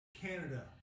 Canada